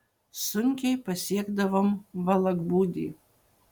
sunkiai pasiekdavom valakbūdį